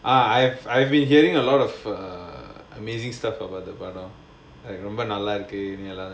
ah I've I've been hearing a lot of err amazing stuff from அந்த படம் அது ரொம்ப நல்லாருக்கு:andha padam adhu romba nallaarukku